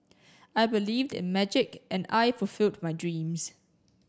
I believed in magic and I fulfilled my dreams